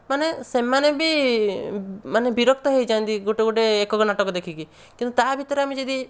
ମାନେ ସେମାନେ ବି ମାନେ ବିରକ୍ତ ହୋଇଯାଆନ୍ତି ଗୋଟିଏ ଗୋଟିଏ ଏକକ ନାଟକ ଦେଖିକି କିନ୍ତୁ ତା ଭିତରେ ଆମେ ଯଦି